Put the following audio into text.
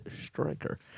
striker